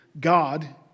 God